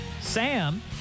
Sam